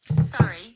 Sorry